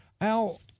Al